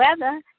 weather